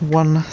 one